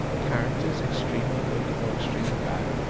characters extremely good, or extremely bad,